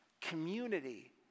community